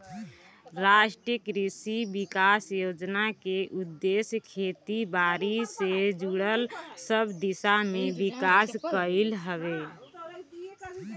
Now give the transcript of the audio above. राष्ट्रीय कृषि विकास योजना के उद्देश्य खेती बारी से जुड़ल सब दिशा में विकास कईल हवे